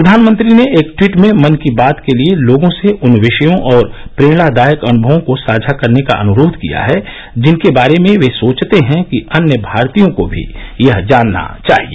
प्रधानमंत्री ने एक ट्वीट में मन की बात के लिए लोगों से उन विषयों और प्रेरणादायक अनुभवों को साझा करने का अनुरोध किया है जिनके बारे में वे सोचते हैं कि अन्य भारतीयों को भी यह जानना चाहिए